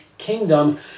kingdom